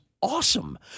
awesome